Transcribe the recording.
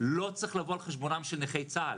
לא צריך לבוא על חשבונם של נכי צה"ל.